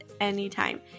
anytime